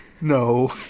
No